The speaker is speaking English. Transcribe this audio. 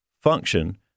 function